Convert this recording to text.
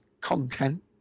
content